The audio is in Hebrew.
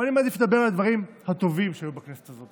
אבל אני מעדיף לדבר על הדברים הטובים שהיו בכנסת הזאת,